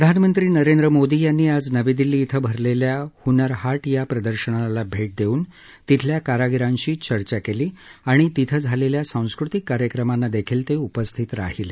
प्रधानमंत्री नरेंद्र मोदी यांनी आज नवी दिल्ली इथं भरलेल्या हुनरहाट या प्रदर्शनाला भेट देऊन तिथल्या कारागिरांशी चर्चा केली आणि तिथे झालेल्या सांस्कृतिक कार्यक्रमांना देखील ते उपस्थित राहिले